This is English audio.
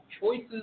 choices